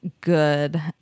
good